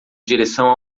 direção